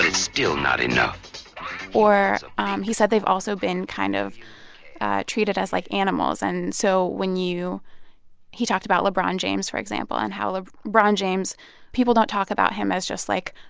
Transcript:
still not enough or um he said they've also been kind of treated as, like, animals. and so when you he talked about lebron james, for example, and how like lebron james people don't talk about him as just, like,